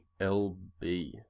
LB